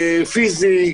פיזי,